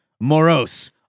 Morose